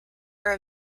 are